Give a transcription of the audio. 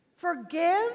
Forgive